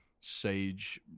sage